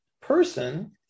person